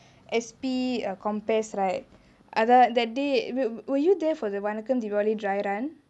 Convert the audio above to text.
S_P compass right other that day were you there for the வணக்கம்:vanakkam diwali dry run